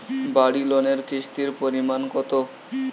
বাড়ি লোনে কিস্তির পরিমাণ কত?